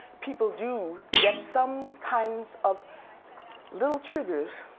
people do get some kinds of little triggers